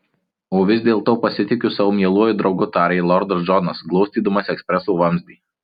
o vis dėlto pasitikiu savo mieluoju draugu tarė lordas džonas glostydamas ekspreso vamzdį